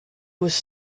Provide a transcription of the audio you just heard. was